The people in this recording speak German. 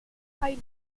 finals